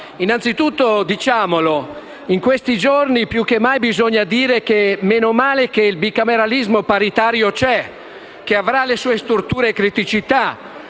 innanzitutto, diciamolo: in questi giorni più che mai bisogna dire «menomale che il bicameralismo paritario c'è». Avrà le sue storture e criticità,